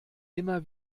immer